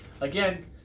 Again